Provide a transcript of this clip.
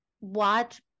watch